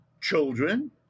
children